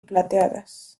plateadas